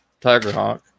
Tigerhawk